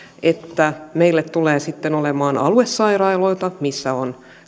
että meillä tulee sitten olemaan aluesairaaloita missä on